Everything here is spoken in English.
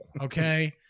Okay